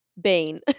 Bane